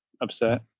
upset